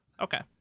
Okay